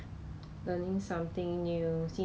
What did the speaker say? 就是 like 好像很 used 的感觉